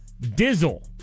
Dizzle